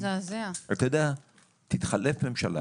תתחלף ממשלה